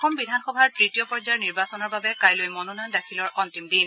অসম বিধানসভাৰ তৃতীয় পৰ্যায়ৰ নিৰ্বাচনৰ বাবে কাইলৈ মনোনয়ন দাখিলৰ অন্তিম দিন